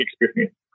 experience